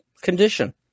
condition